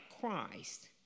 Christ